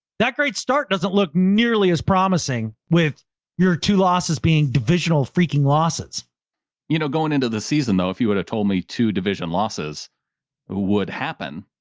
that great start. doesn't look nearly as promising with your two losses being divisional, freaking losses, brandan you know going into the season, though, if you would've told me two division losses would happen,